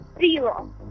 Zero